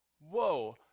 Whoa